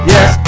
Yes